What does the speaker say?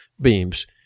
beams